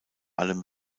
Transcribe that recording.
allem